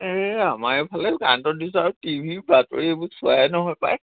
এই আমাৰ এইফালে কাৰেণ্টত দি আৰু টি ভি বাতৰি এইবোৰ চোৱাই নহয়